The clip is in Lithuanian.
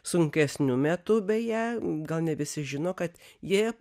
sunkesniu metu beje gal ne visi žino kad jie